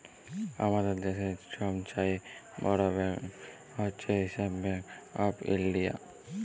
আমাদের দ্যাশের ছব চাঁয়ে বড় ব্যাংক হছে রিসার্ভ ব্যাংক অফ ইলডিয়া